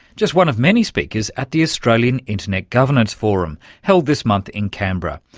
just one of many speakers at the australian internet governance forum held this month in canberra.